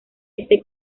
este